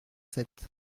sept